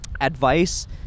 advice